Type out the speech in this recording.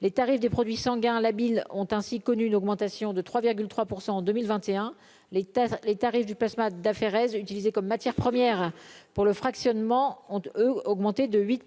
les tarifs des produits sanguins, labile ont ainsi connu une augmentation de 3,3 % en 2021, les tests, les tarifs du plasma d'aphérèses utilisé comme matière première pour le fractionnement ont augmenté de 8